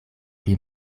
pli